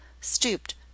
stooped